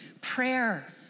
prayer